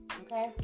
okay